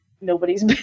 nobody's